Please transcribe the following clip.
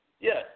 Yes